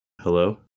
hello